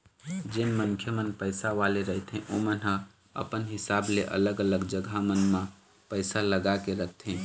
जेन मनखे मन पइसा वाले रहिथे ओमन ह अपन हिसाब ले अलग अलग जघा मन म पइसा लगा के रखथे